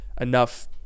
enough